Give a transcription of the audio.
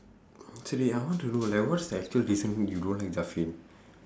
actually I want to know like what's the actual reason you don't like